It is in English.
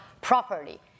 properly